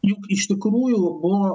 juk iš tikrųjų buvo